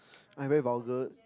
I very vulgar